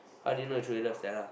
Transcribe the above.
how did you know you truly love Stella